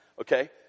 Okay